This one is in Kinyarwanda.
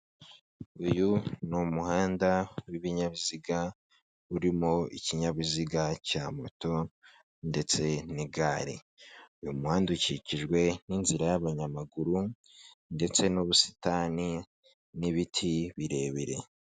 Uyu ni umuhanda w'ibinyabiziga, urimo ikinyabiziga cya moto ndetse n'igare. Uyu muhanda ukikijwe n'inzira y'abanyamaguru ndetse n'ubusitani n'ibiti birebire.